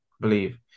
believe